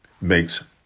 makes